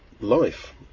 life